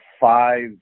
five